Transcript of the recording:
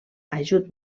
ajut